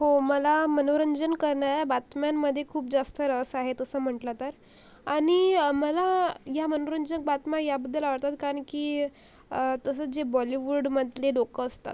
हो मला मनोरंजन करणाऱ्या बातम्यांमध्ये खूप जास्त रस आहे तसं म्हटलं तर आणि मला या मनोरंजक बातम्या याबद्दल आवडतात कारण की तसंच जे बॉलिवूडमधले लोकं असतात